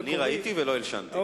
אני ראיתי ולא הלשנתי.